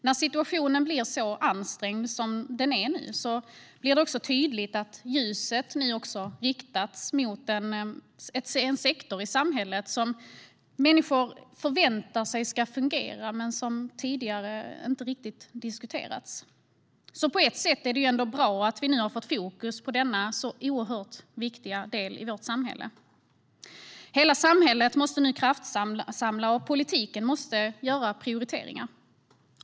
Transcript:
När situationen blir så ansträngd som den är nu blir det också tydligt att ljuset riktats mot en sektor i samhället som människor förväntar sig ska fungera men som tidigare inte riktigt diskuterats. På ett sätt är det alltså ändå bra att vi nu har fått fokus på denna så oerhört viktiga del av vårt samhälle. Hela samhället måste nu kraftsamla, och politiken måste göra prioriteringar.